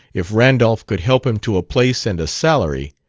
if randolph could help him to a place and a salary,